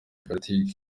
politiki